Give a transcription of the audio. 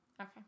Okay